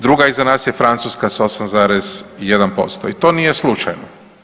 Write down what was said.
Druga iza nas je Francuska sa 8,1% i to nije slučajno.